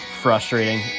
frustrating